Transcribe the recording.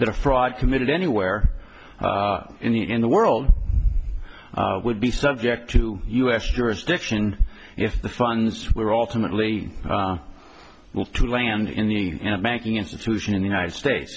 that a fraud committed anywhere in the in the world would be subject to u s jurisdiction if the funds were alternately will to land in the banking institution in the united states